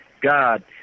God